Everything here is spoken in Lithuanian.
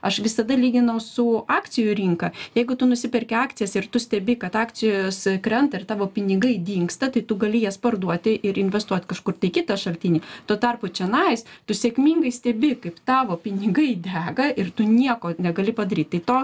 aš visada lyginau su akcijų rinka jeigu tu nusiperki akcijas ir tu stebi kad akcijos krenta ir tavo pinigai dingsta tai tu gali jas parduoti ir investuot kažkur tai į kitą šaltinį tuo tarpu čianais tu sėkmingai stebi kaip tavo pinigai dega ir tu nieko negali padaryt tai to